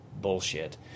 bullshit